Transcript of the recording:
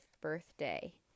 birthday